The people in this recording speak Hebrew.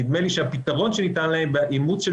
נדמה לי שהפתרון שניתן להם באימוץ של